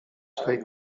swej